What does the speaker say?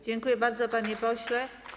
Dziękuję bardzo, panie pośle.